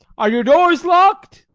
are your doors locked?